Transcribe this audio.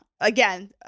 Again